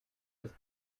this